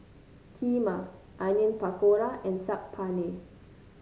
Kheema Onion Pakora and Saag Paneer